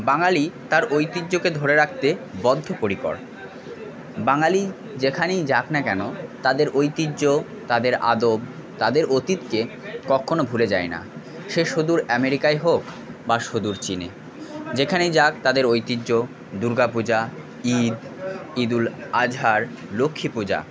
বাঙালি তার ঐতিহ্যকে ধরে রাখতে বদ্ধপরিকর বাঙালি যেখানেই যাক না কেন তাদের ঐতিহ্য তাদের আদব তাদের অতীতকে কক্ষণো ভুলে যায় না সে সুদূর আমেরিকাই হোক বা সুদূর চীনে যেখানেই যাক তাদের ঐতিহ্য দুর্গা পূজা ঈদ ঈদুল আজহার লক্ষ্মী পূজা